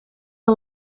een